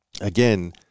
again